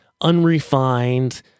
unrefined